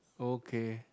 okay